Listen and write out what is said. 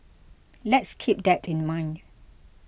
let's keep that in mind